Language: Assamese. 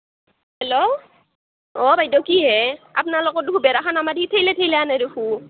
হেল্ল' অঁ বাইদেউ কি হে আপ্নালোকৰ দেখোন বেৰাখান আমাৰ দি ঠেলে ঠেলে আনে দেখোন